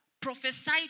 prophesy